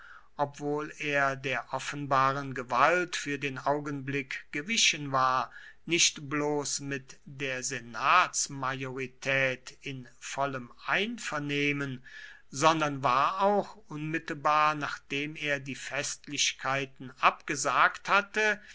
obwohl er der offenbaren gewalt für den augenblick gewichen war nicht bloß mit der senatsmajorität in vollem einvernehmen sondern war auch unmittelbar nachdem er die festlichkeiten abgesagt hatte